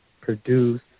produce